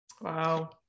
Wow